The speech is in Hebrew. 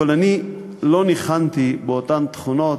אבל אני לא ניחנתי באותן תכונות,